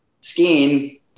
skiing